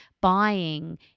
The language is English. buying